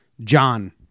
John